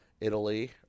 Italy